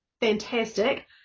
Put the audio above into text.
Fantastic